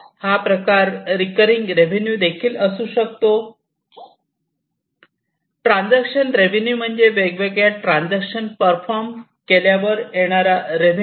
हा प्रकार recurring revenue देखील असू शकतो ट्रांजेक्शन रेवेन्यू म्हणजे वेगवेगळ्या ट्रांजेक्शन परफॉर्म केल्यावर येणारा रेवेन्यू